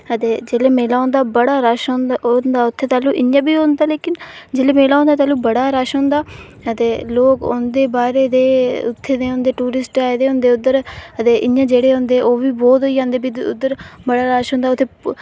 अदे जेह्ड़ा मेला होंदा बड़ा रश होंदा इत्थै तैह्लूं इ'यां बी होंंदा लेकिन जेल्लै मेला होंदा तैह्लूं बड़ा रश होंदा अते लोक औंदे बाह्रै दे उत्थै दे टूरिस्ट आए दे होंदे उधर इ'यां जेह्ड़े होंदे ओह् बी बहुत होई जंदे भी उद्धऱ रश होंदा भी